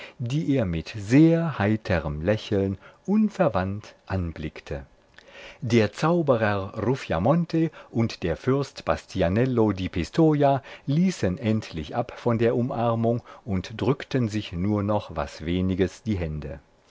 die er mit sehr heiterm lächeln unverwandt anblickte der zauberer ruffiamonte und der fürst bastianello di pistoja ließen endlich ab von der umarmung und drückten sich nur noch was weniges die hände